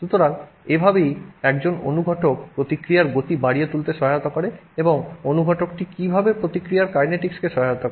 সুতরাং এভাবেই একজন অনুঘটক প্রতিক্রিয়ার গতি বাড়িয়ে তুলতে সহায়তা করে এবং অনুঘটকটি কীভাবে প্রতিক্রিয়ার কাইনেটিকসকে সহায়তা করে